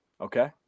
okay